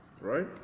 right